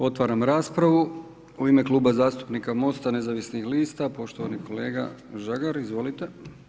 Otvaram raspravu, u ime Kluba zastupnika Mosta nezavisnih lista, poštovani kolega Žagar, izvolite.